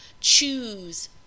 choose